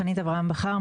חנית אברהם בכר,